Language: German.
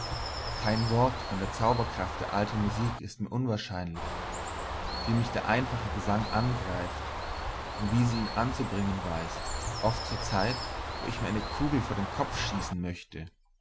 kein wort von der zauberkraft der alten musik ist mir unwahrscheinlich wie mich der einfache gesang angreift und wie sie ihn anzubringen weiß oft zur zeit wo ich mir eine kugel vor den kopf schießen möchte